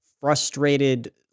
frustrated